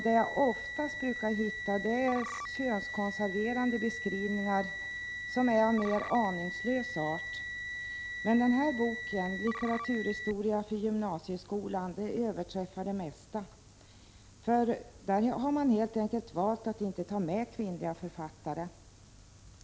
Det jag oftast brukar hitta är könskonserverande beskrivningar av mer aningslös art. Men denna bok, Litteraturhistoria för gymnasieskolan, överträffar det mesta. I den har man helt enkelt valt att inte ta med kvinnliga författare.